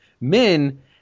Men